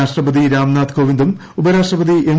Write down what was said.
രാഷ്ട്രപതി രാംനാഥ്കോവിന്ദും ഉപരാഷ്ട്രപതി എം